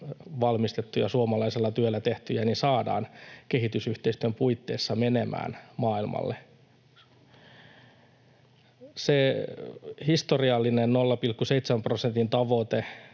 valmistettuja, suomalaisella työllä tehtyjä, saadaan kehitysyhteistyön puitteissa menemään maailmalle. Se historiallinen 0,7 prosentin tavoite,